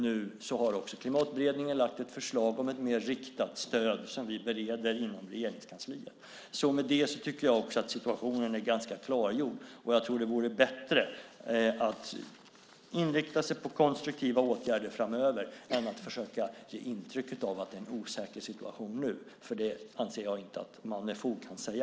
Nu har också Klimatberedningen lagt fram ett förslag om ett mer riktat stöd som vi bereder inom Regeringskansliet. Med det tycker jag att situationen är klargjord. Det vore bättre att inrikta sig på konstruktiva åtgärder framöver än att försöka ge intrycket av att det är en osäker situation nu. Det anser jag inte att man med fog kan säga.